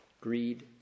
greed